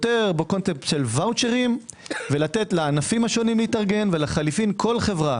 יותר בקונספט של ואוצ'רים ולתת לענפים השונים להתארגן ולחליפין כל חברה